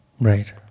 Right